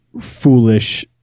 foolish